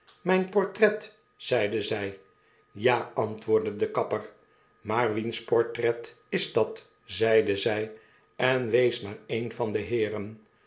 myn portret zeide zij tm ja antwoordde de kapper maar wiens portret is dat zeide zy en wees naar een van de heeren